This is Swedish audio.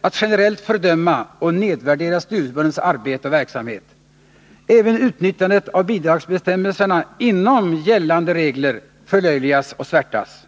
att generellt fördöma och nedvärdera studieförbundens arbete och verksamhet. Även utnyttjandet av bidragsbestämmelserna inom gällande regler förlöjligas och svärtas.